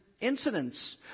incidents